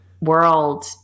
world